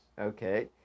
Okay